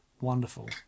wonderful